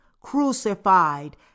crucified